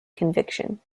conviction